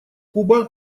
куба